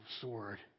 sword